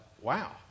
Wow